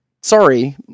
sorry